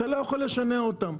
אי אפשר לשנע אותם.